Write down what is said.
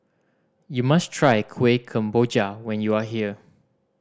you must try Kuih Kemboja when you are here